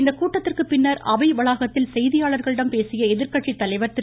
இந்த கூட்டத்திற்கு பின்னர் அவை வளாகத்தில் செய்தியாளர்களிடம் பேசிய எதிர்க்கட்சி தலைவர் திரு